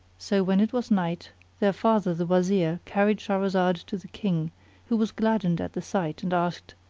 so when it was night their father the wazir carried shahrazad to the king who was gladdened at the sight and asked,